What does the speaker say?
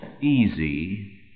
easy